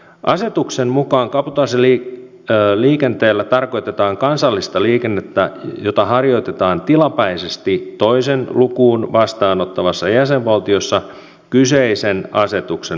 asetuksen mukaan kabotaasiliikenteellä tarkoitetaan kansallista liikennettä jota harjoitetaan tilapäisesti toisen lukuun vastaanottavassa jäsenvaltiossa kyseisen asetuksen mukaisesti